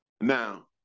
Now